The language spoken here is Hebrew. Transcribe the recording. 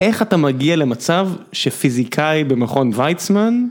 איך אתה מגיע למצב שפיזיקאי במכון ויצמן